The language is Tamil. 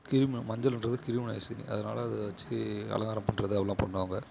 கிருமி மஞ்சளுன்றது கிருமிநாசினி அதனால அதை வெச்சு அலங்காரம் பண்ணுறது அப்பிடில்லாம் பண்ணுவாங்க